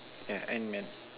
ya Antman